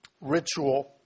ritual